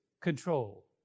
control